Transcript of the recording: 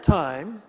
time